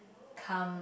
come